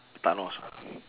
thanos ah